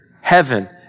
heaven